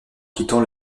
quittant